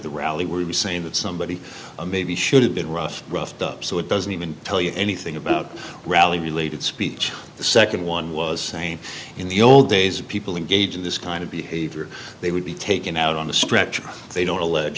the rally were you saying that somebody maybe should have been rough roughed up so it doesn't even tell you anything about rally related speech the second one was same in the old days of people engage in this kind of behavior they would be taken out on the stretcher they don't allege